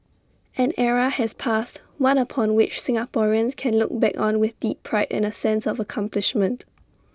an era has passed one upon which Singaporeans can look back on with deep pride and A sense of accomplishment